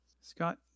Scott